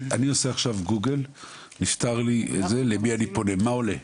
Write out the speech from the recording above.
אני עושה עכשיו גוגל לגבי פטירה, מה עולה לי?